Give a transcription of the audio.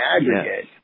aggregate